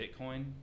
Bitcoin